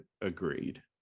agreed